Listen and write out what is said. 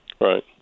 Right